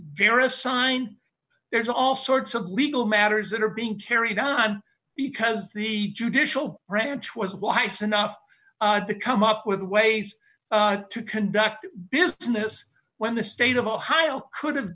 various sign there's all sorts of legal matters that are being carried on because the judicial branch was wise enough to come up with ways to conduct business when the state of ohio could have